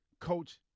Coach